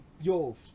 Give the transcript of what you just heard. yo